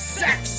sex